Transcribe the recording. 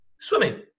swimming